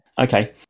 okay